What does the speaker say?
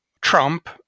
Trump